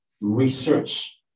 research